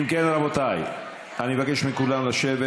אם כן, רבותיי, אני מבקש מכולם לשבת.